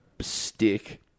stick